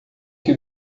que